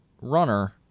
Runner